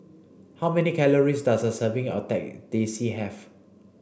how many calories does a serving of Teh C have